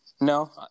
No